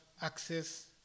access